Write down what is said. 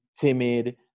timid